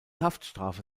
haftstrafe